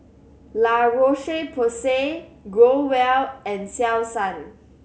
La Roche Porsay Growell and Selsun